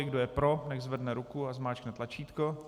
Kdo je pro, nechť zvedne ruku a zmáčkne tlačítko.